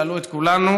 שאלו את כולנו